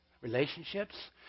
Relationships